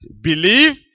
believe